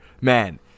man